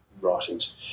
writings